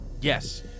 Yes